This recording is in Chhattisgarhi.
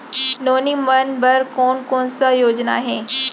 नोनी मन बर कोन कोन स योजना हे?